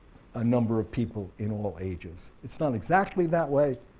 ah number of people in all ages. it's not exactly that way.